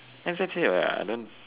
let just say right I learn